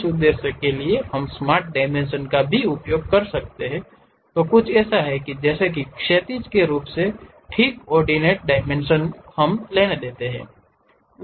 उस उद्देश्य के लिए भी हम स्मार्ट डायमेंशन का उपयोग कर सकते हैं कुछ ऐसा है जैसे कि क्षैतिज रूप से ठीक ऑर्डिनेट डायमेंशन हमें लेने देते हैं